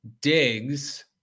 digs